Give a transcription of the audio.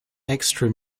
extra